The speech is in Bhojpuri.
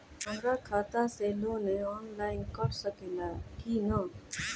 हमरा खाता से लोन ऑनलाइन कट सकले कि न?